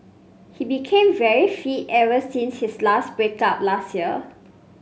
he became very fit ever since his last break up last year